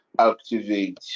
activate